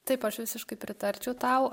taip aš visiškai pritarčiau tau